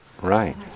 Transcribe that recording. right